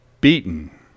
beaten